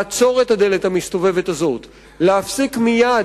לעצור את הדלת המסתובבת הזאת; להפסיק מייד